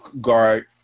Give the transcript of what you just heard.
guard